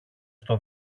στο